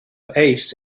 ace